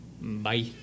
Bye